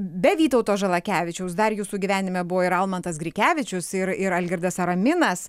be vytauto žalakevičiaus dar jūsų gyvenime buvo ir almantas grikevičius ir ir algirdas araminas